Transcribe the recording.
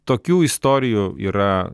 tokių istorijų yra